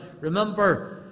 remember